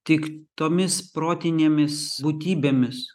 tik tomis protinėmis būtybėmis